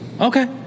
Okay